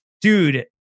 Dude